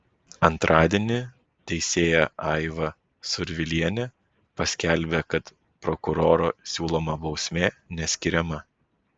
antradienį teisėja aiva survilienė paskelbė kad prokuroro siūloma bausmė neskiriama